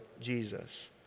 Jesus